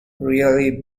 really